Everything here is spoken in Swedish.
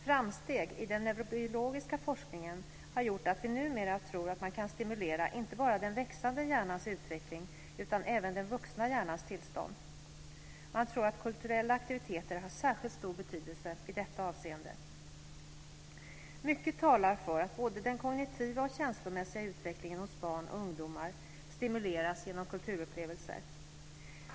Framsteg i den neurobiologiska forskningen har gjort att vi numera tror att man kan stimulera inte bara den växande hjärnans utveckling utan även den vuxna hjärnans tillstånd. Man tror att kulturella aktiviteter har särskilt stor betydelse i detta avseende. Mycket talar för att både den kognitiva och den känslomässiga utvecklingen hos barn och ungdomar stimuleras genom kulturupplevelser.